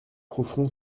profond